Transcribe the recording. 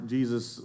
Jesus